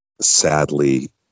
Sadly